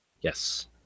Yes